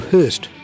Hurst